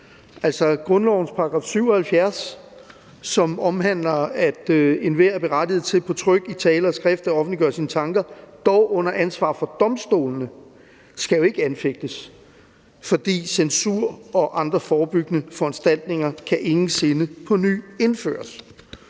grundlovens § 77, som omhandler, at enhver er berettiget til på tryk, i tale og skrift at offentliggøre sine tanker, dog under ansvar for domstolene, skal jo ikke anfægtes, for censur og andre forebyggende foranstaltninger kan ingen sinde på ny indføres.